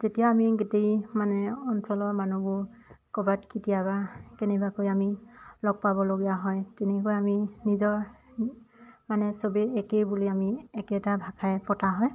যেতিয়া আমি গোটেই মানে অঞ্চলৰ মানুহবোৰ ক'বাত কেতিয়াবা কেনেবাকৈ আমি লগ পাবলগীয়া হয় তেনেকৈ আমি নিজৰ মানে চবেই একেই বুলি আমি একেটা ভাষাই পতা হয়